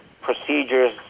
procedures